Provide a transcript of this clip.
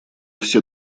все